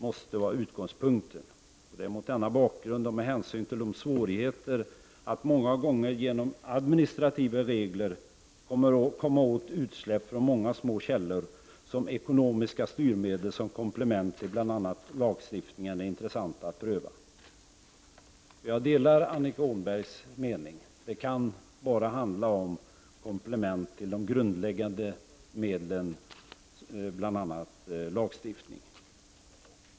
Det är mot denna bakgrund, och med hänsyn till svårigheterna att genom administrativa åtgärder minska utsläpp från många små källor, som det är intressant att pröva ekonomiska styrmedel som komplement, bl.a. lagstiftning. Jag delar Annika Åhnbergs uppfattning att det bara kan handla om komplement till sådana grundläggande medel som t.ex. lagstiftning.